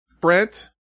Brent